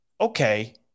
Okay